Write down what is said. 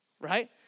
right